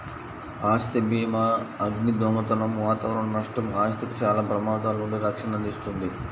ఆస్తి భీమాఅగ్ని, దొంగతనం వాతావరణ నష్టం, ఆస్తికి చాలా ప్రమాదాల నుండి రక్షణను అందిస్తుంది